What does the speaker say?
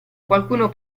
qualcuno